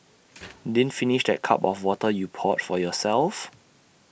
didn't finish that cup of water you poured for yourself